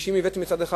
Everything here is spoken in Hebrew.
קשישים וילדים,